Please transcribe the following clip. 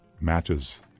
matches